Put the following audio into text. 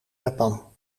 japan